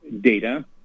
data